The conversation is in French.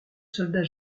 soldats